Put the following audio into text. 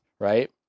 right